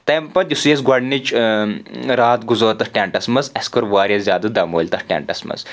تَمہِ پَتہٕ یُسٕے اسہِ گۄڈنِچ رات گُزٲر تتھ ٹیٚنٹس منٛز اسہِ کٔر واریاہ زیادٕ دَمٲلۍ تتھ ٹیٚنٹس منٛز